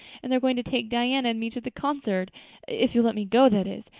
and they are going to take diana and me to the concert if you'll let me go, that is.